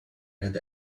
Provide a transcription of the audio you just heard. had